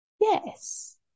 yes